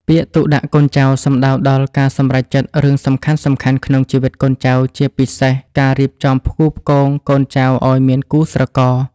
ពាក្យ ទុកដាក់កូនចៅ សំដៅដល់ការសម្រេចចិត្តរឿងសំខាន់ៗក្នុងជីវិតកូនចៅ ជាពិសេសការរៀបចំផ្គូផ្គងកូនចៅឱ្យមានគូស្រករ។